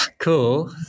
Cool